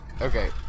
Okay